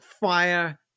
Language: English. Fire